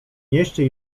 mieście